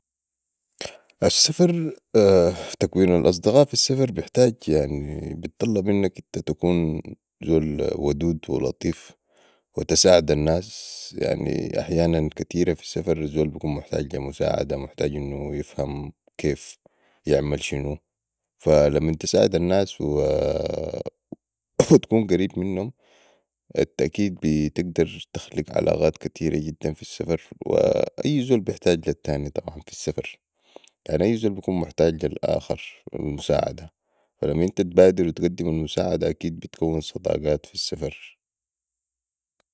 السفر تكوين الأصدقاء في السفر بحتاج.. بطلب انك أنت تكون زول ودود ولطيف وتساعد الناس يعني أحياناً كتيره في السفر الزول بكون محتاج لي مساعدة محتاج انو يفهم كيف يعمل شنو فلمن تساعد الناس وتكون قريب منهم اكيد بتقدر تخلق علاقات كتيرة جدا في السفر واي زول بحتاج لي التاني طبعا في السفر يعني أي زول بكون محتاج لي الآخر للمساعدة فلمن أنت تبادر وتقدم المساعدة أكيد بتكون صداقات في السفر